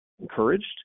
encouraged